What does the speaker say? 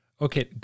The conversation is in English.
okay